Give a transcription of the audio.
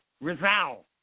Rizal